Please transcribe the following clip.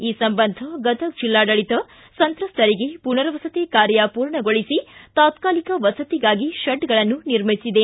ಈ ಸಂಬಂಧ ಗದಗ್ ಜಿಲ್ಲಾಡಳಿತ ಸಂತ್ರಸ್ತರಿಗೆ ಮನರ್ವಸತಿ ಕಾರ್ಯ ಪೂರ್ಣಗೊಳಿಸಿ ತಾತ್ಕಾಲಿಕ ವಸತಿಗಾಗಿ ಶೆಡ್ಗಳನ್ನು ನಿರ್ಮಿಸಿದೆ